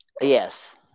Yes